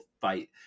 fight